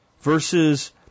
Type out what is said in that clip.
Versus